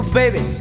baby